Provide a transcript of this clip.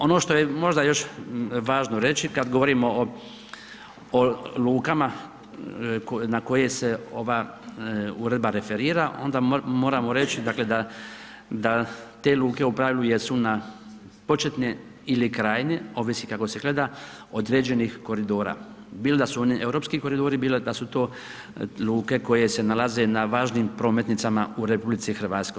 Ono što je možda još važno reći, kad govorimo o lukama na koje se ova uredba referira, onda moramo reći, dakle, da te luke u pravilu jesu na, početne ili krajnje, ovisno kako se gleda, određenih koridora, bilo da su one europski koridori, bilo da su to luke koje se nalaze na važnim prometnicama u RH.